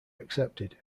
accepted